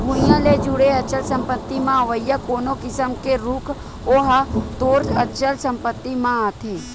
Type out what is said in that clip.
भुइँया ले जुड़े अचल संपत्ति म अवइया कोनो किसम के रूख ओहा तोर अचल संपत्ति म आथे